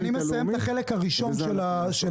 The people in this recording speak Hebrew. בזה אנחנו --- אני מסיים את החלק הראשון של הישיבה.